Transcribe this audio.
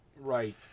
Right